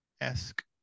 esque